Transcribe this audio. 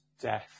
death